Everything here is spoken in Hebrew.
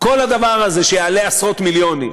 כל הדבר הזה, שיעלה עשרות מיליונים,